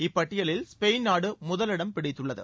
இப்பட்டியலில் Spain நாடு முதலிடம் பிடித்துள்ளது